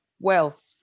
wealth